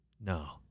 no